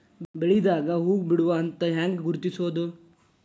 ಬೆಳಿದಾಗ ಹೂ ಬಿಡುವ ಹಂತ ಹ್ಯಾಂಗ್ ಗುರುತಿಸೋದು?